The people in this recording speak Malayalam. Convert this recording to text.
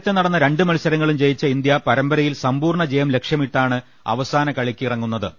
നേരത്തെ നടന്ന രണ്ട് മത്സരങ്ങളും ജയിച്ച ഇന്ത്യ പരമ്പരയിൽ സമ്പൂർണ ജയം ലക്ഷ്യമിട്ടാണ് അവസാന കളിക്കി റങ്ങുന്നത്